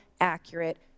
accurate